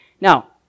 Now